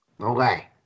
Okay